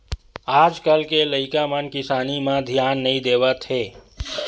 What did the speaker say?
आज कल के लइका मन किसानी म धियान नइ देवत हे